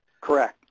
Correct